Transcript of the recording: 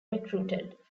recruited